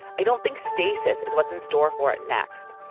i don't think stacy's is what's in store for it next.